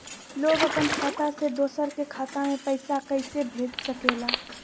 लोग अपन खाता से दोसर के खाता में पैसा कइसे भेज सकेला?